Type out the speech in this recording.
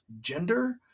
gender